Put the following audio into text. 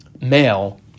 male